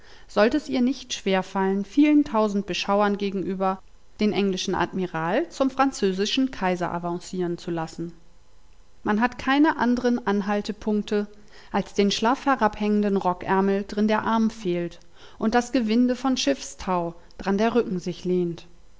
sollt es ihr nicht schwer fallen vielen tausend beschauern gegenüber den englischen admiral zum französischen kaiser avancieren zu lassen man hat keine andren anhaltepunkte als den schlaff herabhängenden rockärmel drin der arm fehlt und das gewinde von schiffstau dran der rücken sich lehnt